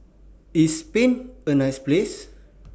IS Spain A nice Place